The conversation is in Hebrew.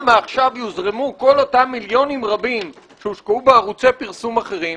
מעכשיו יוזרמו כל אותם מיליונים רבים שהושקעו בערוצי פרסום אחרים,